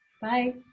bye